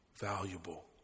valuable